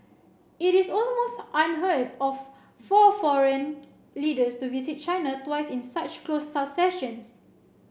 it is almost unheard of for foreign leaders to visit China twice in such close succession